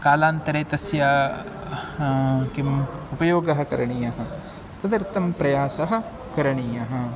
कालान्तरे तस्य किम् उपयोगः करणीयः तदर्थं प्रयासः करणीयः